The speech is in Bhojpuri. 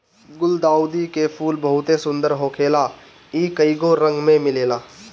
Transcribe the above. गुलदाउदी के फूल बहुते सुंदर होखेला इ कइगो रंग में मिलेला